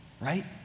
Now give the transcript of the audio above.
Right